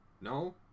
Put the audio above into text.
No